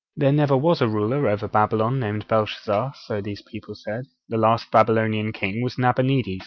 there never was a ruler over babylon named belshazzar so these people said the last babylonian king was nabonides